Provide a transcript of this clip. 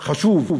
חשוב: